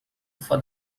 for